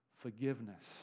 forgiveness